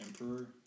Emperor